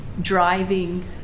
driving